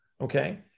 Okay